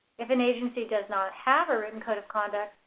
if an agency does not have a written code of conduct,